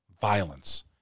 violence